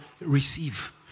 receive